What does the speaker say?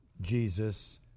Jesus